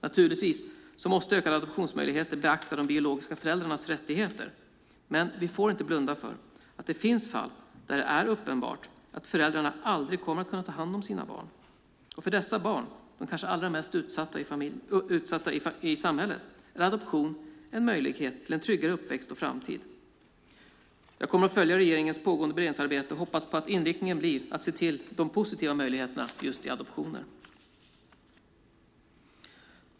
Naturligtvis måste ökade adoptionsmöjligheter beakta de biologiska föräldrarnas rättigheter, men vi får inte blunda för att det finns fall där det är uppenbart att föräldrarna aldrig kommer att kunna ta hand om sina barn. För dessa barn, de kanske allra mest utsatta i samhället, är adoption en möjlighet till en tryggare uppväxt och framtid. Jag kommer att följa regeringens pågående beredningsarbete och hoppas att inriktningen blir att se till de positiva möjligheterna med adoptioner.